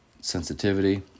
sensitivity